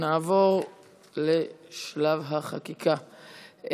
נעבור לשלב החקיקה.